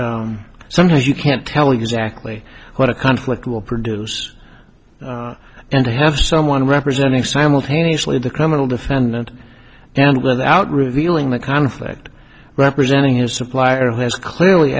me sometimes you can't tell exactly what a conflict will produce and to have someone representing simultaneously the criminal defendant and without revealing the conflict representing his supplier has clearly